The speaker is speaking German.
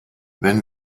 wenn